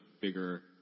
bigger